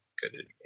good